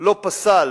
לא פסל